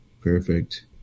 Perfect